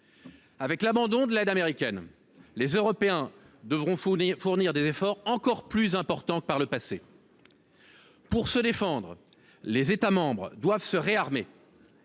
Avec l’abandon de l’aide américaine, les Européens devront fournir des efforts encore plus importants que par le passé. Pour se défendre, les États membres doivent se réarmer.